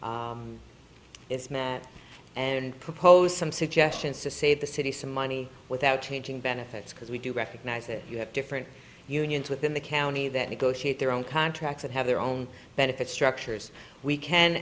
is met and propose some suggestions to save the city some money without changing benefits because we do recognize that you have different unions within the county that negotiate their own contracts and have their own benefit structures we can